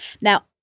Now